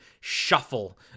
shuffle